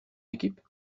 équipe